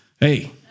Hey